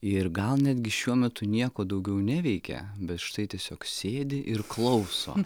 ir gal netgi šiuo metu nieko daugiau neveikia bet štai tiesiog sėdi ir klauso